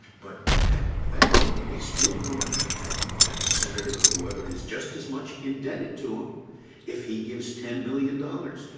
but that that donor is still going to have that that senator or whoever it is just as much indebted to him if he gives ten million dollars,